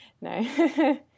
No